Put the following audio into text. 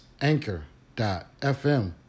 anchor.fm